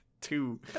two